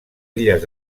illes